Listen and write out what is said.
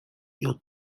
your